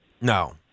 No